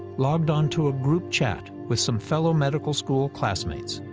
logged on to a group chat with some fellow medical school classmates.